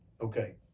Okay